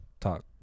talk